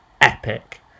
epic